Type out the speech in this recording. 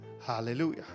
Hallelujah